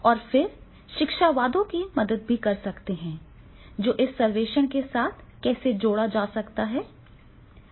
और फिर शिक्षाविदों भी मदद कर सकते हैं कि इसे सर्वेक्षण के साथ कैसे जोड़ा जा सकता है